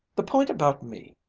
the point about me,